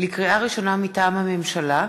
לקריאה ראשונה, מטעם הממשלה: